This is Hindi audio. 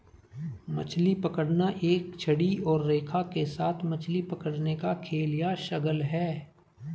मछली पकड़ना एक छड़ी और रेखा के साथ मछली पकड़ने का खेल या शगल है